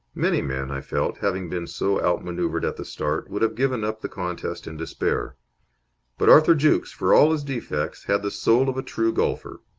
many men, i felt, having been so outmanoeuvred at the start, would have given up the contest in despair but arthur jukes, for all his defects, had the soul of a true golfer.